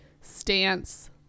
stance